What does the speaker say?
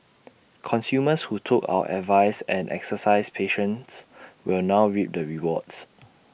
consumers who took our advice and exercised patience will now reap the rewards